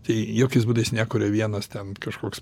tai jokiais būdais nekuria vienas ten kažkoks